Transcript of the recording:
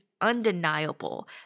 undeniable